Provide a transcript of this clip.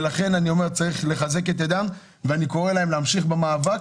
ולכן אני אומר: צריך לחזק את ידן ואני קורא להן להמשיך במאבק,